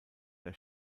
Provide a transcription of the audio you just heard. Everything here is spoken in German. der